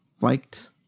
liked